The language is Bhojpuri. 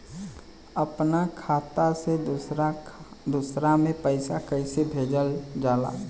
अपना खाता से दूसरा में पैसा कईसे भेजल जाला?